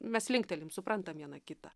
mes linktelim suprantam viena kitą